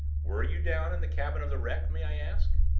were you down in the cabin of the wreck, may i ask?